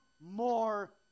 more